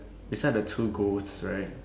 beside the two ghosts right